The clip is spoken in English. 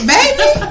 Baby